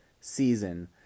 season